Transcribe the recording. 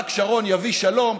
רק שרון יביא שלום,